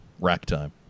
Racktime